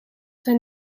zijn